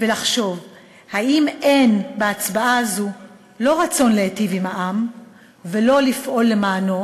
יחשבו אם אין בהצבעה הזאת לא רצון להיטיב עם העם ולפעול למענו,